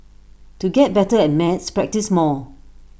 to get better at maths practise more